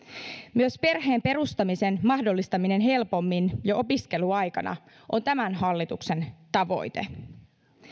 myös perheen perustamisen mahdollistaminen helpommin jo opiskeluaikana on tämän hallituksen tavoite